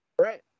Right